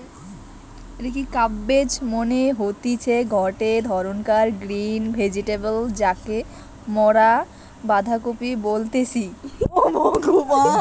cabbage মানে হতিছে গটে ধরণকার গ্রিন ভেজিটেবল যাকে মরা বাঁধাকপি বলতেছি